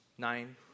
nine